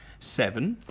seven,